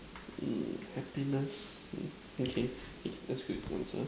mm happiness mm okay that's good next one